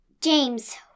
James